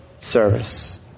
service